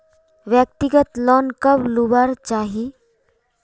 व्यक्तिगत लोन कब लुबार चही?